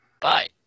Bye